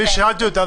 בלי ששאלתי אותם,